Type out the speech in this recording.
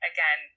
Again